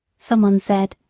some one said,